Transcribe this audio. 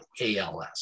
als